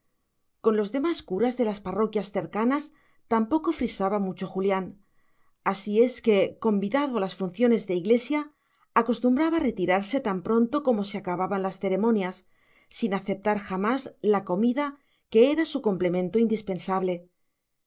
con los demás curas de las parroquias cercanas tampoco frisaba mucho julián así es que convidado a las funciones de iglesia acostumbraba retirarse tan pronto como se acababan las ceremonias sin aceptar jamás la comida que era su complemento indispensable